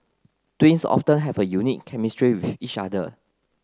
twins often have a unique chemistry with each other